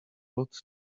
lot